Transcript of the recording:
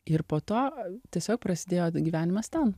ir po to tiesiog prasidėjo gyvenimas ten